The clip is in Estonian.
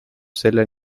selle